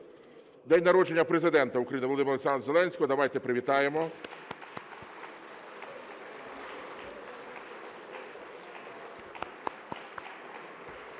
день народження Президента України Володимира Олександровича Зеленського. Давайте привітаємо.